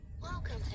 Welcome